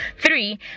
Three